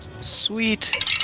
Sweet